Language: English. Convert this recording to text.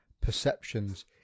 perceptions